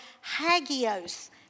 hagios